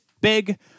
big